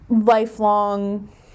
lifelong